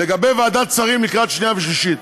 לגבי ועדת שרים לקריאה שנייה ושלישית,